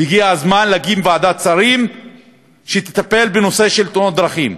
והגיע הזמן להקים ועדת שרים שתטפל בנושא של תאונות דרכים.